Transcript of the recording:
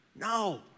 No